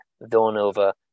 Villanova